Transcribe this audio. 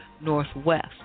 northwest